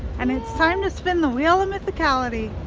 and it's time to spin the wheel of mythicality.